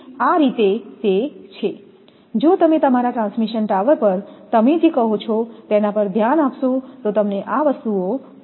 તેથી આ તે રીતે છે જો તમે તમારા ટ્રાન્સમિશન ટાવર પર તમે જે કહો છો તેના પર ધ્યાન આપશો તો તમને આ વસ્તુઓ ત્યાં મળશે